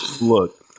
Look